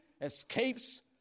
escapes